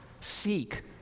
seek